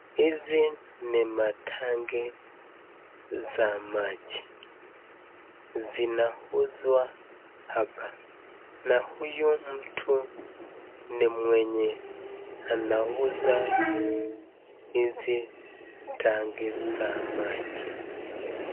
Hizi ni matangi ya maji zinauzwa hapa, na huyo mtu ni mwenye anauza hizi tangi za maji.